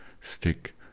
stick